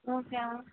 okay ma'am